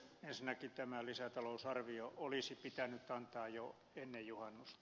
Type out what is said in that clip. ensinnäkin tämä lisätalousarvio olisi pitänyt antaa jo ennen juhannusta